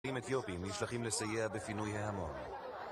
...אתיופים נשלחים לסייע בפינוי ההמון